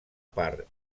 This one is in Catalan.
part